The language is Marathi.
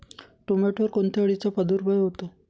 टोमॅटोवर कोणत्या अळीचा प्रादुर्भाव होतो?